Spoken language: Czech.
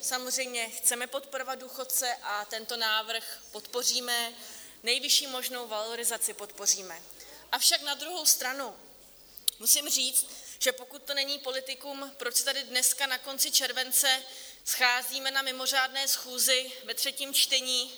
Samozřejmě chceme podporovat důchodce a tento návrh podpoříme, nejvyšší možnou valorizaci podpoříme, avšak na druhou stranu musím říct, že pokud to není politikum, tak proč se tady dneska na konci července scházíme na mimořádné schůzi ve třetím čtení?